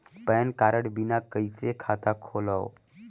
Pan card बिना कइसे खाता खोलव?